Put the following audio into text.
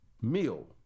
meal